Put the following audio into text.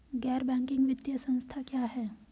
गैर बैंकिंग वित्तीय संस्था क्या है?